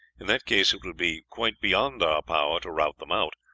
in that case it would be quite beyond our power to rout them out,